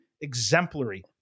exemplary